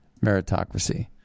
meritocracy